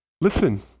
Listen